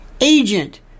agent